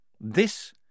This